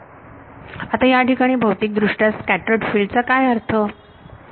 आता या ठिकाणी भौतिक दृष्ट्या स्कॅटर्ड फिल्ड चा अर्थ काय